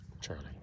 Charlie